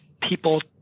people